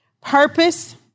purpose